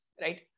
right